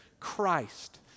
Christ